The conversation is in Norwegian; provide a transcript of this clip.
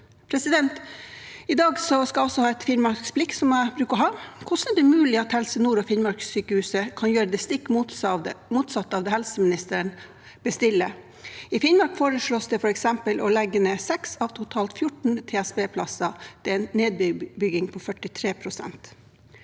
uavbrutt. I dag skal jeg også ha et finnmarksblikk – som jeg bruker å ha: Hvordan er det mulig at Helse nord og Finnmarkssykehuset kan gjøre det stikk motsatte av det helseministeren bestiller? I Finnmark foreslås det f.eks. å legge ned 6 av totalt 14 TSB-plasser. Det er en nedbygging på 43 pst.